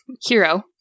Hero